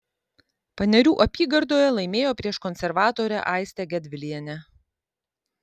panerių apygardoje laimėjo prieš konservatorę aistę gedvilienę